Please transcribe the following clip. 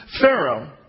Pharaoh